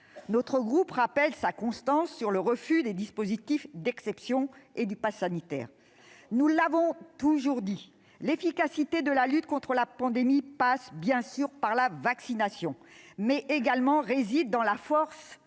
Notre groupe rappelle sa constance sur le refus des dispositifs d'exception et du passe sanitaire. Nous l'avons toujours dit, l'efficacité de la lutte contre la pandémie passe évidemment par la vaccination. Mais elle réside également dans la force